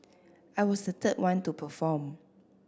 I was the third one to perform